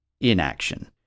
inaction